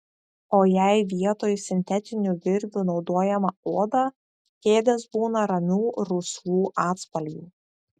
o jei vietoj sintetinių virvių naudojama oda kėdės būna ramių rusvų atspalvių